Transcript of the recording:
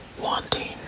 wanting